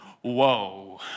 whoa